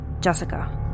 Jessica